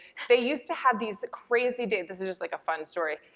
they used to have these crazy days. this is just like a fun story,